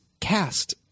cast